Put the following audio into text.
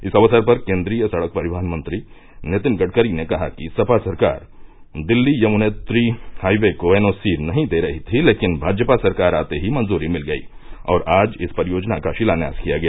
इस अक्सर पर केन्द्रीय सड़क परिवहन मंत्री नितिन गडकरी ने कहा कि सपा सरकार दिल्ली यमुनोत्री हाईवे को एनओसी नहीं दे रही थी लेकिन भाजपा सरकार आते ही मंजूरी मिल गई और आज इस परियोजना का शिलान्यास किया गया